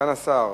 סגן השר,